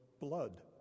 blood